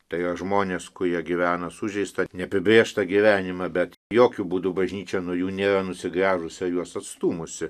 tai yra žmonės kurie gyvena sužeistą neapibrėžtą gyvenimą bet jokiu būdu bažnyčia nuo jų nėra nusigręžusi ar juos atstūmusi